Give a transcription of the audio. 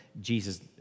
Jesus